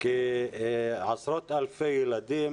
עשרות אלפי ילדים